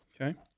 Okay